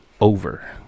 Over